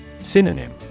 Synonym